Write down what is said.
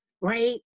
right